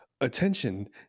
Attention